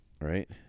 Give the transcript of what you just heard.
Right